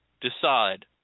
decide